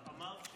אמרת